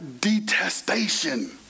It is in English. detestation